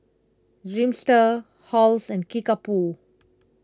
Dreamster Halls and Kickapoo